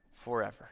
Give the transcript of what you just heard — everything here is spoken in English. Forever